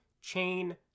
chain